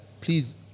please